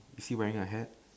is he wearing a hat